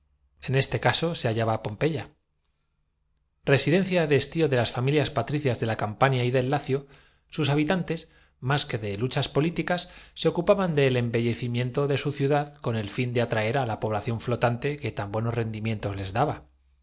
en este caso se hallaba pompeya residencia de estío de las familias patricias de la dimaqueres con su polvo sus rugidos su sangre y sus campania y del lacio sus habitantes más que de lu cadáveres chas políticas se ocupaban del embellecimiento de su pero á las ya expuestas uníase aún otra circunstan ciudad con el fin de atraer á la población flotante que cia habiendo consumido un incendio en roma el ca tan buenos rendimientos les daba